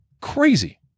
crazy